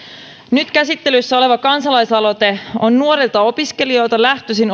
nyt käsittelyssä oleva kansalaisaloite on nuorilta opiskelijoilta lähtöisin